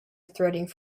threading